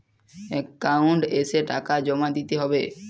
Account এসে টাকা জমা দিতে হবে?